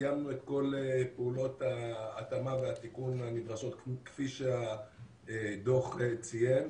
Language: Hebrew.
סיימנו את כל פעולות ההתאמה והתיקון הנדרשות כפי שהדוח ציין.